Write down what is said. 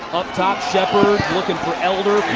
up top, sheppard looking for elder.